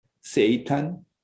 Satan